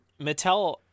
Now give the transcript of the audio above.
Mattel